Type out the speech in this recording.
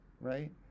right